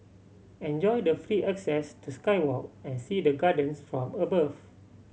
enjoy the free access to sky walk and see the gardens from above